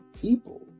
people